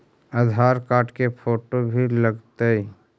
आधार card के photo भी लग तै?